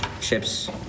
chips